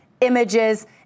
images